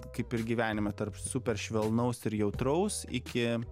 kaip ir gyvenime tarp super švelnaus ir jautraus iki